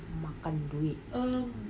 makan duit